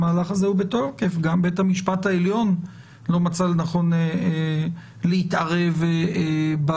מהלך שהוא בתוקף וגם בית המשפט העליון לא מצא לנכון להתערב בעניין,